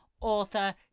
author